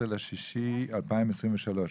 ב-19.06.2023.